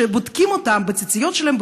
שבודקים אותם בציציות שלהם,